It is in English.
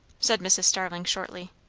said mrs. starling shortly.